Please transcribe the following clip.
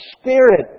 Spirit